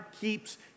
keeps